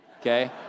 okay